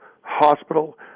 Hospital